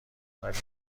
خورده